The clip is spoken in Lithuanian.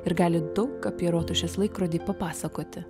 ir gali daug apie rotušės laikrodį papasakoti